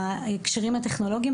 בהקשרים הטכנולוגיים,